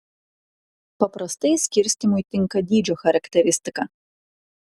paprastai skirstymui tinka dydžio charakteristika